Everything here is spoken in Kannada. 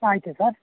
ಹಾಂ ಐತೆ ಸರ್